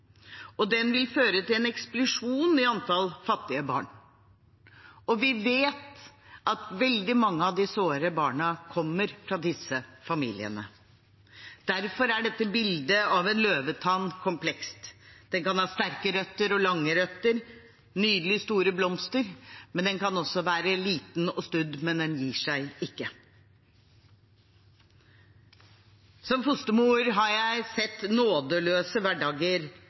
og den vil føre til en eksplosjon i antall fattige barn. Vi vet at veldig mange av de sårbare barna kommer fra disse familiene. Derfor er dette bildet av en løvetann komplekst. Den kan ha sterke røtter, lange røtter og nydelige, store blomster. Den kan også være liten og stutt, men den gir seg ikke. Som fostermor har jeg sett nådeløse hverdager